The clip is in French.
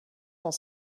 cent